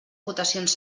votacions